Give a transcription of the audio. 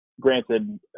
granted